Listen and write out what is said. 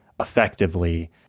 effectively